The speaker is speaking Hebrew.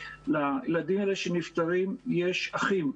לילדים האלה שנפטרים יש אחים,